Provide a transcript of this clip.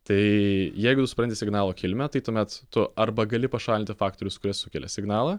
tai jeigu tu supranti signalo kilmę tai tuomet tu arba gali pašalti faktorius kurie sukelia signalą